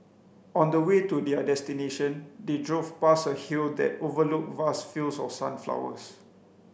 on the way to their destination they drove past a hill that overlooked vast fields of sunflowers